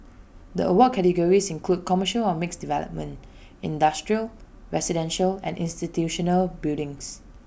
the award categories include commercial or mixed development industrial residential and institutional buildings